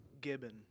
gibbon